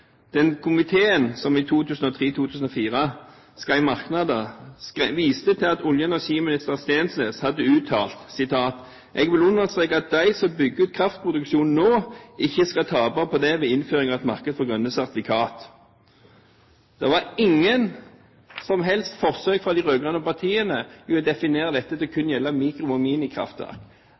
Den komiteen som i 2003–2004 skrev merknader, viste til at olje- og energiminister Steensnæs hadde uttalt: «Jeg vil understreke at de som bygger ut kraftproduksjon nå ikke skal tape på det ved en innføring av et marked for grønne sertifikater.» Det var ingen som helst forsøk fra de rød-grønne partiene på å definere dette til kun å gjelde mikro- og